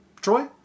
Troy